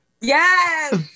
Yes